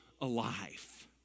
alive